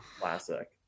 Classic